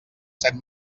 set